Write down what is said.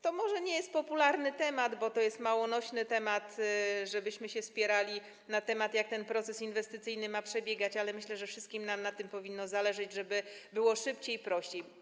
To może nie jest popularny temat, bo to jest mało nośny temat, żebyśmy się spierali na temat, jak ten proces inwestycyjny ma przebiegać, ale myślę, że wszystkim nam powinno zależeć na tym, żeby było szybciej i prościej.